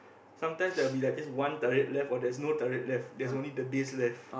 sometimes there will be like this one turret left or there's no turret left there's only the base left